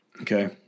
Okay